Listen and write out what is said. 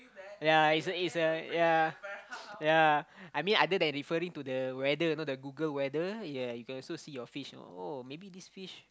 ya it's a it's a ya ya I mean other than referring to the weather you know the Google weather yeah you can also see your fish oh maybe this fish